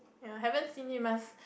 ya haven't seen him must